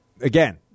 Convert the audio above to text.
Again